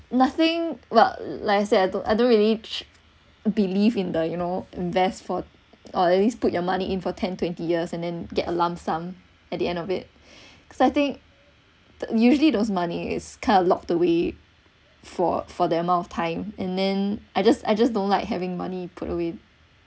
nothing well like I said I don't I don't belief in the you know invest for or at least put your money in for ten twenty years and then get a lump sum at the end of it cause I think usually those money is kind of locked away for for the amount of time and then I just I just don't like having money put away